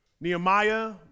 Nehemiah